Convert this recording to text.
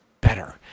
better